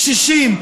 קשישים,